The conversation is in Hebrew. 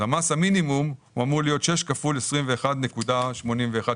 מס המינימום אמור להיות 6 כפול 21.81 שקלים.